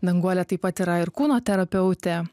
danguolė taip pat yra ir kūno terapeutė